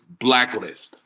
Blacklist